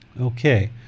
okay